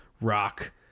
rock